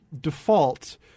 default